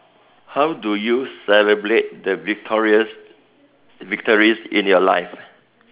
how do you celebrate the victories victories in your life